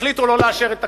החליטו לא לאשר את תקציבה,